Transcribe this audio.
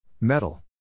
Metal